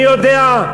אני יודע,